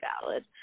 valid